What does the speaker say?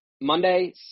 Monday